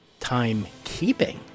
timekeeping